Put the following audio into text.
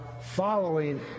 following